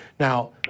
Now